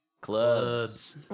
clubs